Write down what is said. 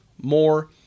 more